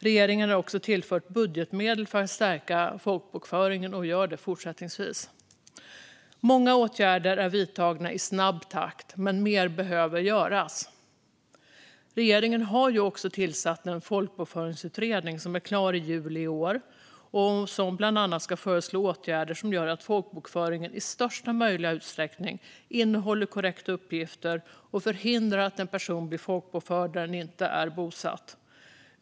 Regeringen har också tillfört och fortsätter att tillföra budgetmedel för att stärka folkbokföringen. Många åtgärder är vidtagna i snabb takt, men mer behöver göras. Regeringen har ju också tillsatt en folkbokföringsutredning som är klar i juli i år. Den ska bland annat föreslå åtgärder som gör att folkbokföringen i största möjliga utsträckning innehåller korrekta uppgifter och förhindrar att en person blir folkbokförd där denne inte är bosatt.